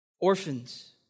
Orphans